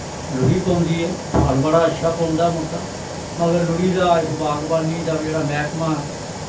लुड़ी पौंदी ऐ फल बड़ा अच्छा पौंदा मुट्टा मगर लुड़ी दा इस बागबानी दा जेह्ड़ा मैह्कमां ऐ